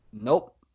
Nope